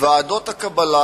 ועדות הקבלה